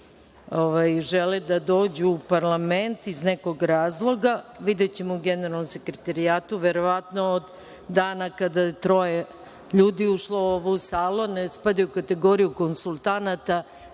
žele da dođu u parlament iz nekog razloga, videćemo u generalnom sekretarijatu, verovatno od dana kada je troje ljudi ušlo u ovu salu, a ne spadaju u kategoriju konsultanata,